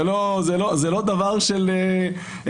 זה לא דבר של אפשרות.